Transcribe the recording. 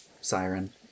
Siren